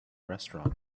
restaurant